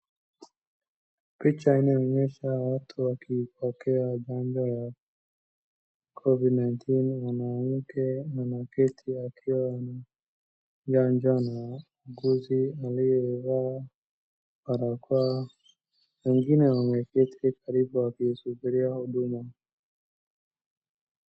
Picha inaonyesha watu wakipokea chanjo ya COVID-19 . Mwanmke anaketi akiwa ana chanjo na muuguzi aliyevaa barakoa. Wengine wameketi karibu wakisubiria huduma.